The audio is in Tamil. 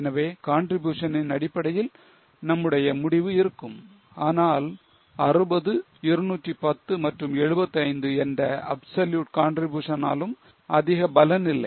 எனவே contribution னின் அடிப்படையில் நம்முடைய முடிவு இருக்கும் ஆனால் 60 210 மற்றும் 75 என்ற absolute contribution னாலும் அதிக பலனில்லை